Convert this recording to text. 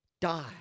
die